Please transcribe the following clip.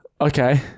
Okay